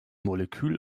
molekül